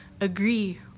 agree